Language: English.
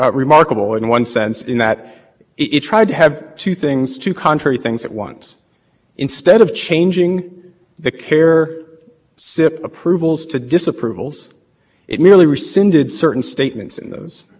at once instead of changing the carrier sip approvals to disapprovals it merely rescinded certain statements in those findings so what it did was say on the one hand that the